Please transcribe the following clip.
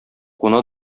куна